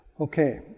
Okay